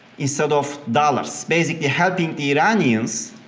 instead of dollars, basically helping the iranians